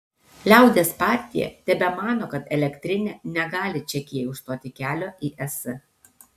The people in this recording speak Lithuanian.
liaudies partija tebemano kad elektrinė negali čekijai užstoti kelio į es